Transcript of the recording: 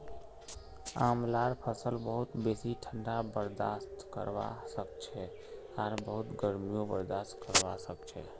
आंवलार फसल बहुत बेसी ठंडा बर्दाश्त करवा सखछे आर बहुत गर्मीयों बर्दाश्त करवा सखछे